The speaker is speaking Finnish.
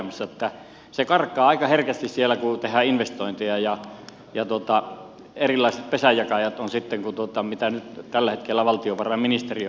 se karkaa aika herkästi siellä kun tehdään investointeja ja erilaiset pesänjakajat ovat sitten siellä mitä nyt tällä hetkellä valtiovarainministeriö vahtii budjettia